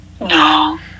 no